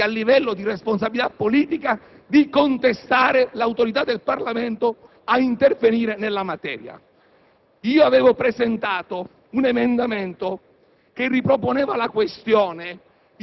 sia a livello di burocrazia che a livello di responsabilità politica, si è anche permesso di contestare l'autorità del Parlamento a interferire in materia. Avevo presentato un emendamento